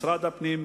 משרד הפנים,